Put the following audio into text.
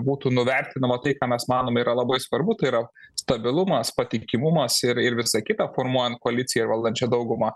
būtų nuvertinama tai ką mes manome yra labai svarbu tai yra stabilumas patikimumas ir ir visa kita formuojant koaliciją ir valdančią daugumą